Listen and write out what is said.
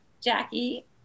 Jackie